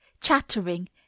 chattering